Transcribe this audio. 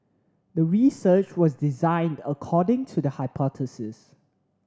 the research was designed according to the hypothesis